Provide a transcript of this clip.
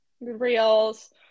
reels